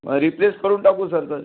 replace करून टाकू sir ते